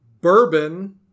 bourbon